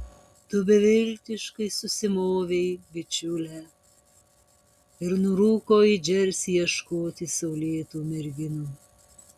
tu beviltiškai susimovei bičiule ir nurūko į džersį ieškoti saulėtų merginų